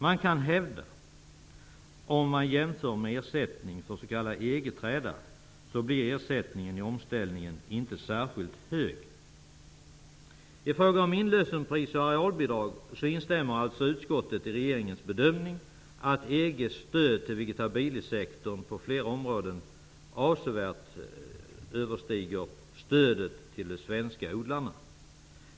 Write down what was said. Man kan också hävda att ersättningen för omställningen jämfört med ersättningen för s.k. EG-träda inte blir särskilt hög. I fråga om inlösenpris och arealbidrag instämmer utskottet i regeringens bedömning att EG:s stöd till vegetabiliesektorn på flera områden avsevärt överstiger stödet till de svenska odlarna.